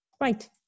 Right